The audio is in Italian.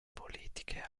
politiche